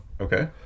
Okay